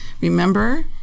remember